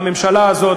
הממשלה הזאת,